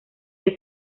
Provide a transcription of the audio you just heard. que